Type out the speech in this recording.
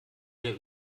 hier